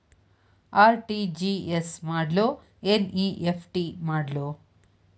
RTGS ಮಾಡ್ಲೊ NEFT ಮಾಡ್ಲೊ?